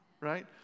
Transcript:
right